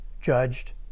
judged